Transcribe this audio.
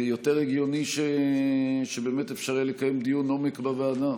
יותר הגיוני שבאמת אפשר יהיה לקיים דיון עומק בוועדה,